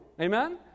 Amen